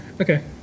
Okay